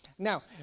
Now